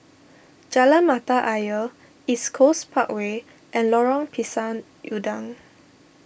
Jalan Mata Ayer East Coast Parkway and Lorong Pisang Udang